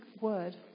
word